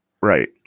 Right